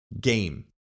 game